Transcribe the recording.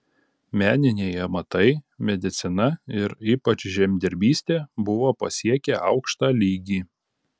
meniniai amatai medicina ir ypač žemdirbystė buvo pasiekę aukštą lygį